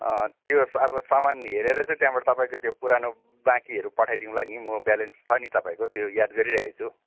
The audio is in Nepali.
अँ त्यो अब सामान हेरेर चाहिँ त्यहाँबाट तपाईँको त्यो पुरानो बाँकीहरू पठाइदिउँला नि म ब्यालेन्स छ नि तपाईँको त्यो याद गरिरहेको छु